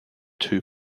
two